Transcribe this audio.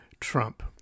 Trump